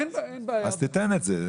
אז תיתן את זה.